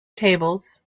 tables